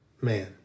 man